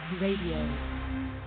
Radio